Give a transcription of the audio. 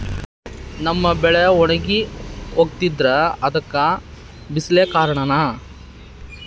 ನಮ್ಮ ಬೆಳೆ ಒಣಗಿ ಹೋಗ್ತಿದ್ರ ಅದ್ಕೆ ಬಿಸಿಲೆ ಕಾರಣನ?